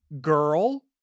girl